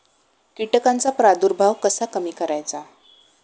कीटकांचा प्रादुर्भाव कसा कमी करायचा?